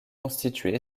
constituées